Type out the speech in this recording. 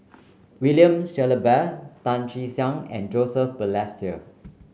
William Shellabear Tan Che Sang and Joseph Balestier